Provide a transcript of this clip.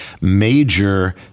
major